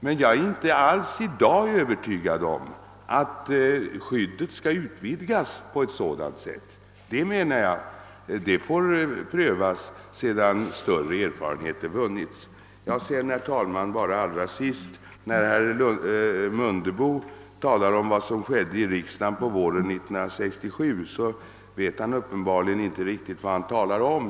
Man jag är i dag inte alls övertygad om att skyddet skall utvidgas på ett sådant sätt att alla fall täcks. Det får prövas, menar jag, sedan större erfarenheter vunnits. Till sist vill jag säga att när herr Mundebo talar om vad som skedde i riksdagen på våren 1967, så vet han uppenbarligen inte vad han talar om.